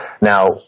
Now